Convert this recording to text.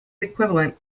equivalent